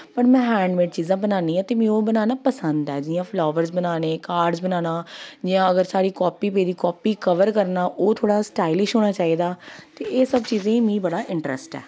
पर में hand made चीजां बनानी आं ते में ओह् बनाना पसंद ऐं जि'यां फ्लावर्स बनाने कार्ड्स बनाना जि'यां अगर साढ़ी कॉपी पेदी कॉपी कवर करना ओह् थोह्ड़ा स्टाइलिश होना चाहिदा ते एह् सब चीजें ई मिगी बड़ा इंटरस्ट ऐ